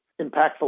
impactful